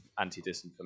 anti-disinformation